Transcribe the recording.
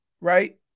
right